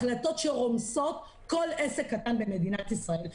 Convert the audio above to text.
החלטות שרומסות כל עסק קטן במדינת ישראל.